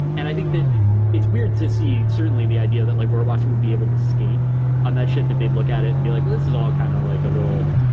and i think that it's weird to see certainly the idea that, like where it was, you would be able to skate on that shit, that they'd look at it and be like, this is all kind of like a little,